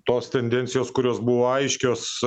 tos tendencijos kurios buvo aiškios